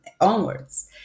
onwards